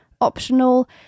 optional